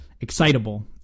excitable